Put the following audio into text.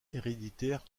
héréditaires